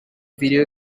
video